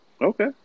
Okay